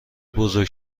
بزرگ